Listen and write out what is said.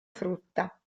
frutta